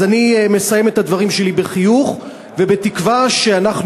אז אני מסיים את הדברים שלי בחיוך ובתקווה שאנחנו